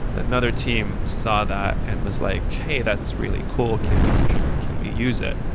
another team saw that and was like, hey, that's really cool. can we contribute? can we use that?